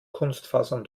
kunstfasern